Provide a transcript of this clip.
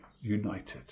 united